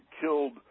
killed